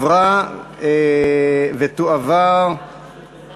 לדיון מוקדם בוועדת